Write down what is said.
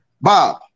Bob